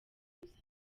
busa